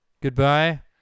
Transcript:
Goodbye